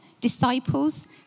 disciples